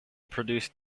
produced